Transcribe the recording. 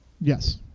Yes